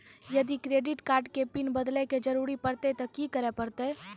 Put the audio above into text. यदि credit card के PIN बदले के जरूरी परतै ते की करे परतै?